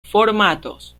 formatos